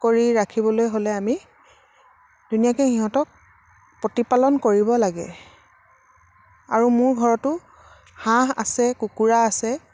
কৰি ৰাখিবলৈ হ'লে আমি ধুনীয়াকে সিহঁতক প্ৰতিপালন কৰিব লাগে আৰু মোৰ ঘৰতো হাঁহ আছে কুকুৰা আছে